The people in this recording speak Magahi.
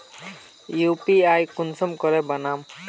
यु.पी.आई कुंसम करे बनाम?